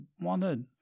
wanted